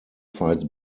fights